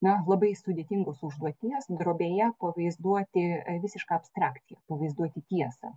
na labai sudėtingos užduoties drobėje pavaizduoti visišką abstrakcija pavaizduoti tiesą